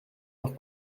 leur